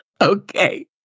Okay